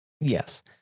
Yes